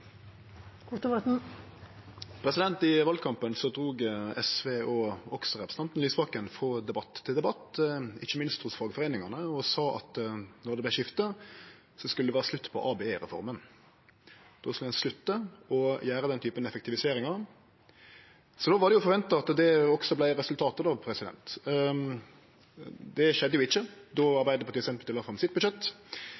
I valkampen drog SV og representanten Lysbakken frå debatt til debatt, ikkje minst hos fagforeiningane, og sa at når det vart skifte, skulle det verte slutt på ABE-reforma. Då skulle ein slutte å gjere den typen effektiviseringar. Då var det jo forventa at det også vart resultatet. Det skjedde ikkje då Arbeidarpartiet og Senterpartiet la fram budsjettet sitt, og det vart ikkje